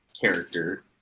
character